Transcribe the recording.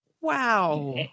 Wow